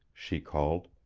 she called,